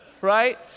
Right